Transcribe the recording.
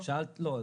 לא.